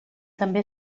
també